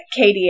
KDA